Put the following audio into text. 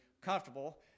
comfortable